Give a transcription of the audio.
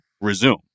resume